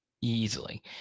easily